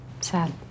Sad